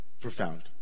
profound